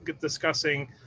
discussing